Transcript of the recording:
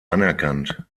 anerkannt